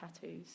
tattoos